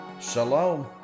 Shalom